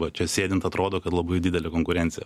va čia sėdint atrodo kad labai didelė konkurencija